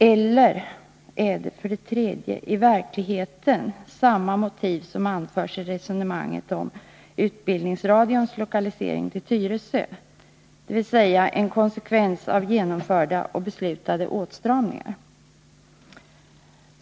Eller rör det sig i verkligheten om samma motiv som anförs vid resonemangen om utbildningsradions lokalisering till Tyresö, dvs. ”en konsekvens av genomförda och beslutade åtstramningar”?